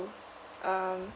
um